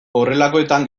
horrelakoetan